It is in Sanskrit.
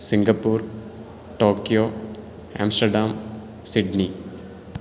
Singapore Tokyo Amsterdam Sydney